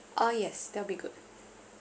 oh yes that'll be good